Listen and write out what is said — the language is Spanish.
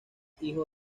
hijo